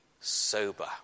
sober